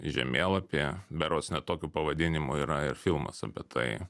žemėlapyje berods ne tokiu pavadinimu yra ir filmas apie tai